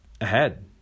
ahead